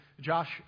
Josh